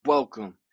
Welcome